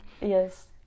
Yes